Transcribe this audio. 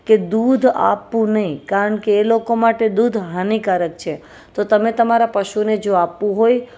કે દૂધ આપવું નહીં કારણ કે એ લોકો માટે દૂધ હાનિકારક છે તો તમે તમારા પશુને જો આપવું હોય